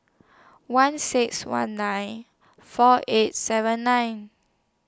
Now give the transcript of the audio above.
one six one nine four eight seven nine